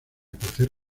crecer